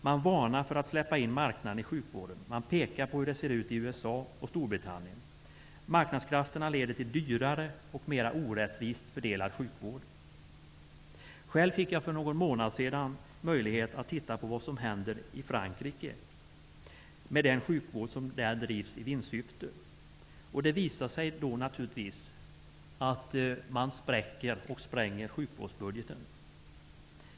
Man varnar oss för att släppa in marknaden i sjukvården. Man pekar på hur det ser ut i USA och Storbritannien. Marknadskrafterna leder till dyrare och mer orättvist fördelad sjukvård. Själv fick jag för någon månad sedan möjlighet att titta på vad som händer i Frankrike, med den sjukvård som där drivs i vinstsyfte. Det visar sig naturligtvis att man spräcker och spränger sjukvårdsbudgeten.